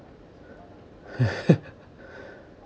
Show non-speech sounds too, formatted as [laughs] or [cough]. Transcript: [laughs]